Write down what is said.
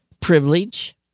privilege